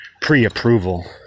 pre-approval